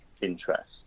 interest